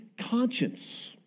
conscience